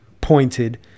pointed